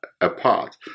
apart